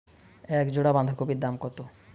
এক জোড়া বাঁধাকপির দাম কত?